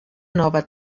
nova